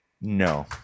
no